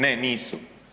Ne, nisu.